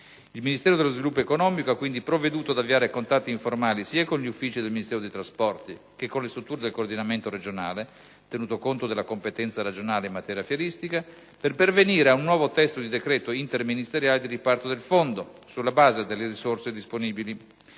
Il Ministero dello sviluppo economico ha quindi provveduto ad avviare contatti informali sia con gli uffici del Ministero dei trasporti che con le strutture del coordinamento regionale (tenuto conto della competenza regionale in materia fieristica) per pervenire ad un nuovo testo di decreto interministeriale di riparto del Fondo, sulla base delle risorse disponibili.